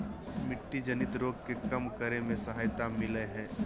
मिट्टी जनित रोग के कम करे में सहायता मिलैय हइ